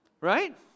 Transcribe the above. Right